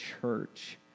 church